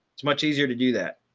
it's much easier to do that.